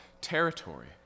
territory